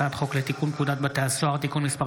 הצעת חוק לתיקון פקודת בתי הסוהר (תיקון מס'